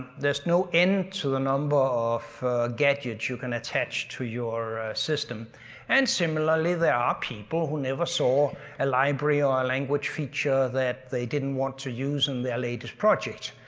there's no end to the number of gadgets you can attach to your system and similarly, there are people who never saw a library or a language feature that they didn't want to use in their latest project.